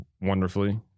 wonderfully